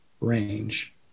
range